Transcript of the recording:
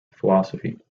philosophy